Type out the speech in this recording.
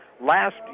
Last